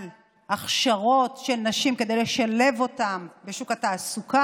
על הכשרות של נשים כדי לשלב אותן בשוק התעסוקה,